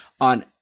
on